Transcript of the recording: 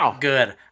good